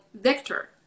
vector